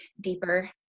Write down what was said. deeper